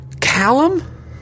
Callum